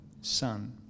Son